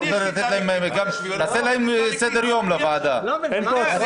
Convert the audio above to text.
בוא תקבע להם סדר היום.